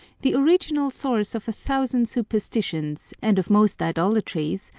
the original source of a thousand superstitions, and of most idolatries,